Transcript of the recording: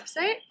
website